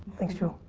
thanks jewel.